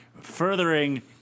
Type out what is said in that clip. furthering